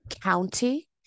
county